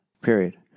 period